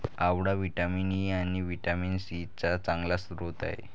आवळा vitamin E आणि vitamin C चा चांगला स्रोत आहे